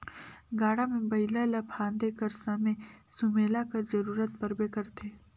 गाड़ा मे बइला ल फादे कर समे सुमेला कर जरूरत परबे करथे